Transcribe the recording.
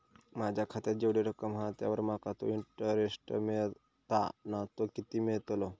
माझ्या खात्यात जेवढी रक्कम हा त्यावर माका तो इंटरेस्ट मिळता ना तो किती मिळतलो?